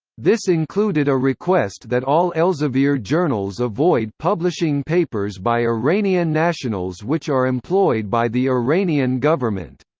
this included a request that all elsevier journals avoid publishing papers by iranian nationals which are employed by the iranian government.